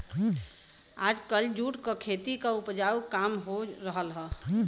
आजकल जूट क खेती क उपज काम हो रहल हौ